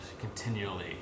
continually